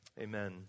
Amen